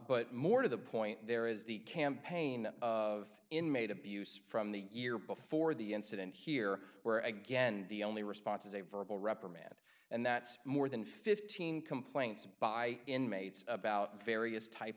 but more to the point there is the campaign of inmate abuse from the year before the incident here where again the only response is a verbal reprimand and that's more than fifteen complaints by inmates about various types